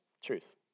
Truth